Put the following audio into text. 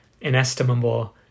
inestimable